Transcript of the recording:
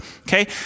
okay